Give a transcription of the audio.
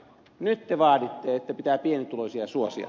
nyt te vaaditte että pitää pienituloisia suosia